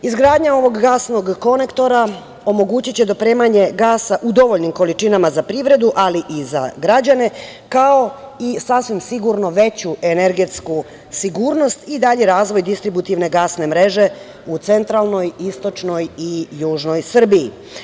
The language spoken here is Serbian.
Izgradnja ovog gasnog konektora omogućiće dopremanje gasa u dovoljnim količinama za privredu, ali i za građane, kao i veću energetsku sigurnost, ali i dalji razvoj distributivne gasne mreže, u centralnoj, istočnoj i južnoj Srbiji.